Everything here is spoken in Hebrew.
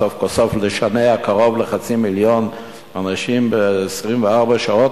סוף כל סוף לשנע קרוב לחצי מיליון אנשים ב-24 שעות,